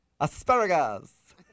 asparagus